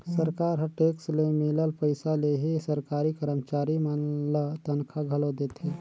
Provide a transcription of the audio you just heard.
सरकार ह टेक्स ले मिलल पइसा ले ही सरकारी करमचारी मन ल तनखा घलो देथे